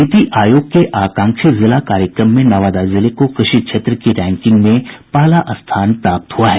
नीति आयोग के आकांक्षी जिला कार्यक्रम में नवादा जिले को कृषि क्षेत्र की रैंकिंग में पहला स्थान प्राप्त हुआ है